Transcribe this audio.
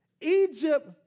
Egypt